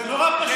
זה נורא פשוט.